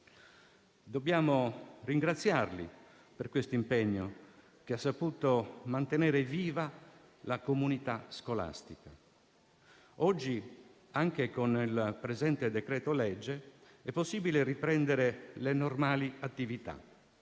Dobbiamo ringraziarli per questo impegno, che ha saputo mantenere viva la comunità scolastica. Oggi, anche con il presente decreto-legge, è possibile riprendere le normali attività